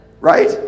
right